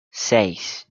seis